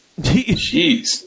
Jeez